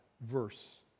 verse